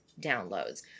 downloads